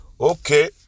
Okay